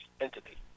entity